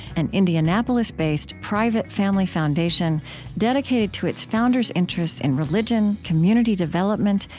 an indianapolis-based, private family foundation dedicated to its founders' interests in religion, community development,